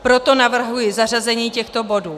Proto navrhuji zařazení těchto bodů.